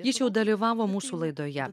jis jau dalyvavo mūsų laidoje